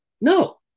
No